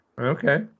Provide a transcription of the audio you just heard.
Okay